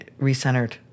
recentered